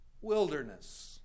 wilderness